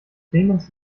clemens